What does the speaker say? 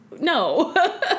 No